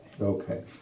Okay